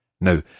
Now